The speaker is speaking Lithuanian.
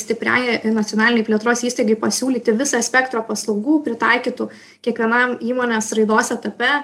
stipriai nacionalinei plėtros įstaigai pasiūlyti visą spektrą paslaugų pritaikytų kiekvienam įmonės raidos etape